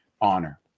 honor